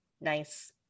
nice